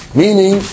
meaning